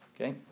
Okay